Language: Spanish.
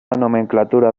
nomenclatura